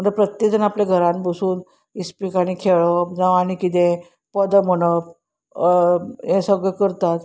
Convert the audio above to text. म्हणटकच प्रत्येक जाण आपल्या घरान बसून इस्पिकांनी खेळप जावं आनी किदें पदां म्हणप हें सगळें करतात